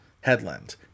Headland